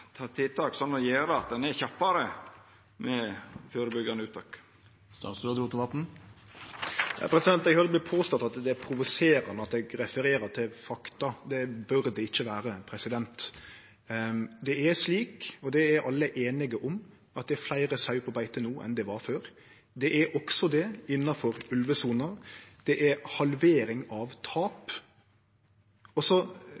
tiltak som vil gjera at ein er kjappare med førebyggjande uttak? Eg høyrer det vert påstått at det er provoserande at eg refererer til fakta – det burde det ikkje vere. Det er slik – og det er alle einige om – at det er fleire sauer på beite no enn det var før. Det er det også innanfor ulvesona. Det er halvering av